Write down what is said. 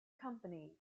company